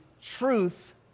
truth